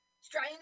strain